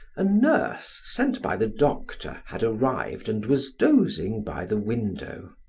a nurse, sent by the doctor, had arrived and was dozing by the window.